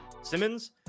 Simmons